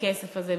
לכסף הזה.